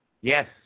Yes